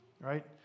right